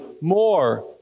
more